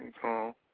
call